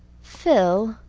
phil,